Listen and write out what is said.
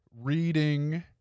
reading